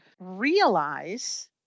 realize